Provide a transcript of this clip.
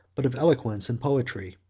but of eloquence and poetry.